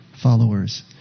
followers